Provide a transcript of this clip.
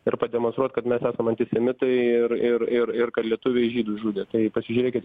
ir pademonstruot kad mes esam antisemitai ir ir ir ir kad lietuviai žydus žudė tai pasižiūrėkit